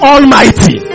Almighty